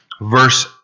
verse